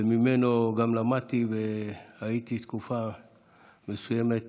וממנו גם למדתי, והייתי תקופה מסוימת